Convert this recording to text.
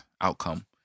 outcome